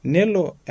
Nelo